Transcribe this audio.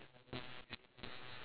I think ya